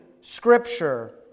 scripture